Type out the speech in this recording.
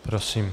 Prosím.